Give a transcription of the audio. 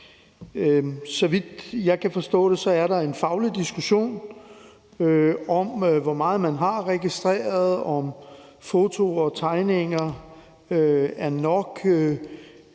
Så vidt jeg kan forstå, er der en faglig diskussion om, hvor meget man har registreret, og om fotos og tegninger suppleret